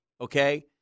Okay